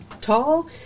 tall